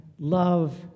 Love